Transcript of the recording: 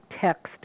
text